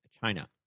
China